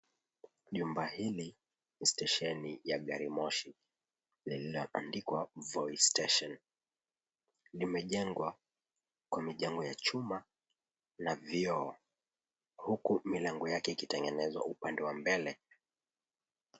Jumba hili ni stesheni ya garimoshi, lililoandikwa, "Voi Station". Limejengwa kwa mijengo ya chuma na vioo, huku milango yake ikitengenezwa upande wa mbele.